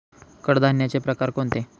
कडधान्याचे प्रकार कोणते?